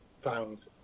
found